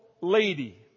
lady